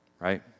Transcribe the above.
right